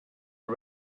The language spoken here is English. for